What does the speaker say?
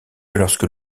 lorsque